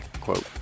quote